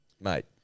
Mate